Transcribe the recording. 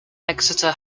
exeter